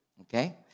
Okay